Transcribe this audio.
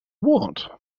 what